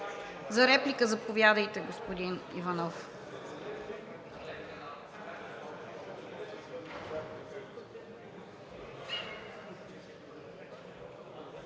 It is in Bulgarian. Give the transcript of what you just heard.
За реплика? Заповядайте, господин Иванов.